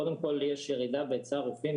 קודם כל יש ירידה בהיצע הרופאים,